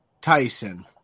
Tyson